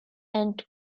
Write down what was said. and